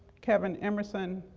kevin emerson,